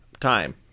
Time